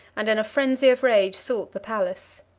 and in a frensy of rage sought the palace.